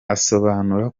asobanura